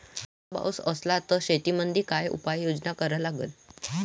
जास्त पाऊस असला त शेतीमंदी काय उपाययोजना करा लागन?